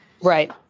right